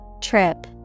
Trip